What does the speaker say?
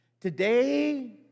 today